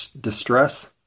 distress